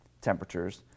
temperatures